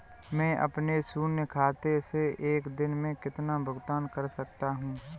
मैं अपने शून्य खाते से एक दिन में कितना भुगतान कर सकता हूँ?